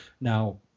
now